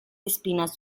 espinas